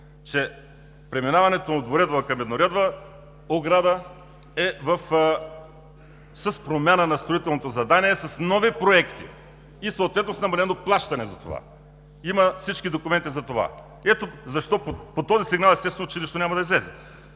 че преминаването от двуредова към едноредова ограда е с промяна на строителното задание, с нови проекти и съответно с намалено плащане за това. Има всички документи за това. Ето защо по този сигнал, естествено, нищо няма да излезе.